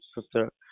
Sister